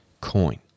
coin